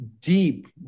deep